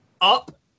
up